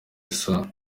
isa